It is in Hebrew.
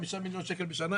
חמישה מיליון שקל בשנה,